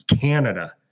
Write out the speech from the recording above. canada